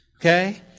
okay